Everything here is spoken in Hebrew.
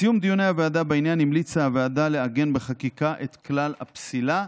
בסיום דיוני הוועדה בעניין המליצה הוועדה לעגן בחקיקה את כלל הפסילה,